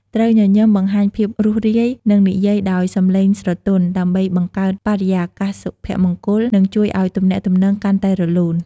ត្រូវញញឹម បង្ហាញភាពរួសរាយ និងនិយាយដោយសំឡេងស្រទន់ ដើម្បីបង្កើតបរិយាកាសសុភមង្គល និងជួយឲ្យទំនាក់ទំនងកាន់តែរលូន។